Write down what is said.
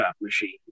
machine